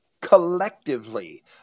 collectively